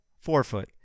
forefoot